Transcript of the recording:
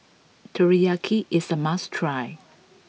Teriyaki is a must try